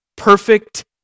Perfect